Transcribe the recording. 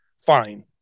fine